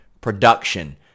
production